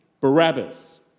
Barabbas